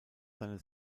seine